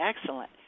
excellent